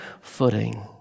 footing